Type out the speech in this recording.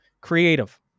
creative